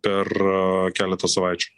per keletą savaičių